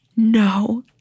No